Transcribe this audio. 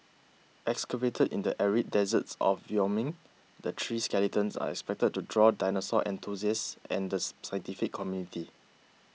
excavated in the arid deserts of Wyoming the three skeletons are expected to draw dinosaur enthusiasts and the scientific community